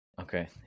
Okay